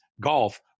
golf